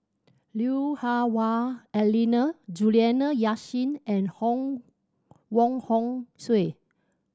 Lui Hah Wah Elena Juliana Yasin and Hong Wong Hong Suen